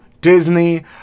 Disney